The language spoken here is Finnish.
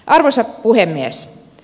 arvoisa puhemies